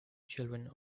children